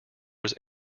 was